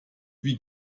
wie